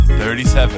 37